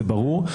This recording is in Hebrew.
זה ברור.